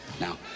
Now